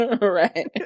Right